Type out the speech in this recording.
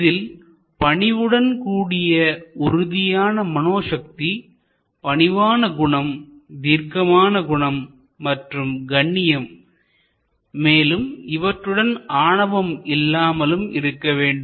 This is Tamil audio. இதில் பணிவுடன் கூடிய உறுதியான மனோசக்தி பணிவான குணம் தீர்க்கமான குணம் மற்றும் கண்ணியம் மேலும் இவற்றுடன் ஆணவம் இல்லாமலும் இருக்க வேண்டும்